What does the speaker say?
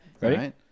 Ready